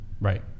Right